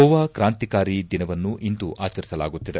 ಗೋವಾ ಕ್ರಾಂತಿಕಾರಿ ದಿನವನ್ನು ಇಂದು ಆಚರಿಸಲಾಗುತ್ತಿದೆ